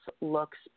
looks